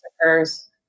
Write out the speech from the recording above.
occurs